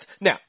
Now